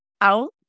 out